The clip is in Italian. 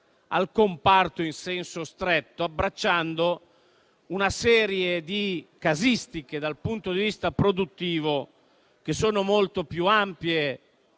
il comparto in senso stretto, abbracciando una serie di casistiche dal punto di vista produttivo molto più ampie